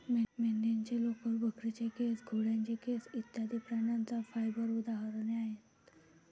मेंढीचे लोकर, बकरीचे केस, घोड्याचे केस इत्यादि प्राण्यांच्या फाइबर उदाहरणे आहेत